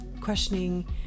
questioning